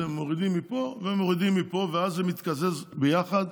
אתם מורידים מפה ומורידים מפה, ואז זה מתקזז ביחד.